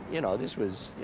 you know, this was,